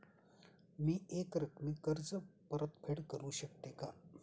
मी एकरकमी कर्ज परतफेड करू शकते का?